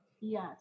yes